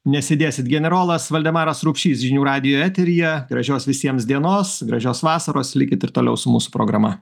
nesėdėsit generolas valdemaras rupšys žinių radijo eteryje gražios visiems dienos gražios vasaros likit ir toliau su mūsų programa